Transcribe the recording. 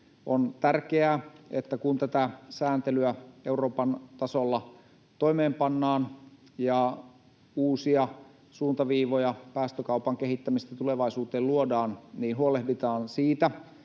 on tärkeää, että kun tätä sääntelyä Euroopan tasolla toimeenpannaan ja uusia suuntaviivoja päästökaupan kehittämisestä tulevaisuuteen luodaan, niin huolehditaan siitä,